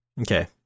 Okay